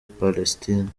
palestine